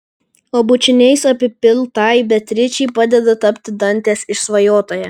o bučiniais apipiltai beatričei padeda tapti dantės išsvajotąja